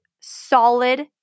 solid